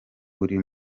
buri